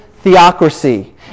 Theocracy